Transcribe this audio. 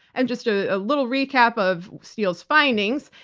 and just ah a little recap of steele's findings,